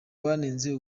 banenze